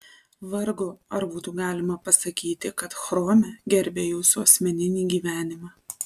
vargu ar būtų galima pasakyti kad chrome gerbia jūsų asmeninį gyvenimą